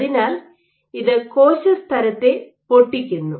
അതിനാൽ ഇത് കോശസ്തരത്തെ പൊട്ടിക്കുന്നു